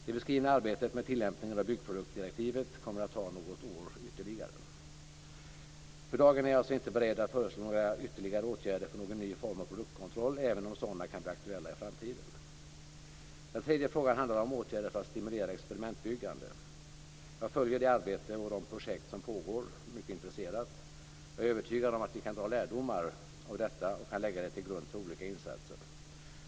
Det beskrivna arbetet med tillämpningen av byggproduktdirektivet kommer att ta något år ytterligare. För dagen är jag alltså inte beredd att föreslå ytterligare åtgärder för någon ny form av produktkontroll, även om sådana kan bli aktuella i framtiden. Den tredje frågan handlar om åtgärder för att stimulera experimentbyggande. Jag följer det arbete och de projekt som pågår mycket intresserat. Jag är övertygad om att vi kan dra lärdomar av detta och kan lägga det till grund för olika insatser.